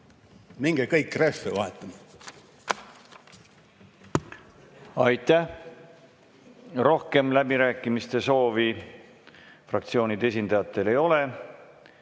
Minge kõik rehve vahetama! Aitäh! Rohkem läbirääkimiste soovi fraktsioonide esindajatel ei ole.